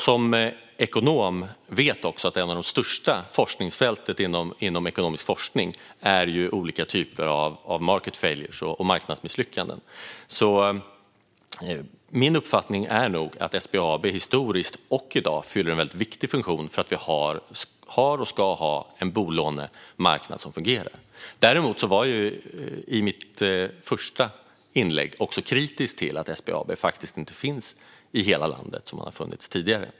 Som ekonom vet jag också att ett av de största forskningsfälten inom ekonomisk forskning är olika typer av market failures, alltså marknadsmisslyckanden, så min uppfattning är nog att SBAB historiskt har fyllt och i dag fyller en viktig funktion för att vi har - och ska ha - en bolånemarknad som fungerar. Däremot var jag i mitt första inlägg kritisk till att SBAB faktiskt inte finns i hela landet, vilket det har gjort tidigare.